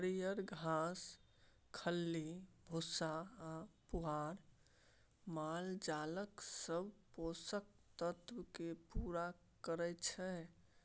हरियर घास, खल्ली भुस्सा आ पुआर मालजालक सब पोषक तत्व केँ पुरा करय छै